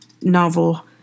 novel